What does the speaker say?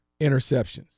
interceptions